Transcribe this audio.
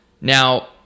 Now